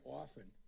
often